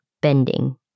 bending